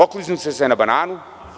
Okliznuli ste se o bananu.